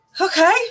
Okay